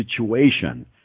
situation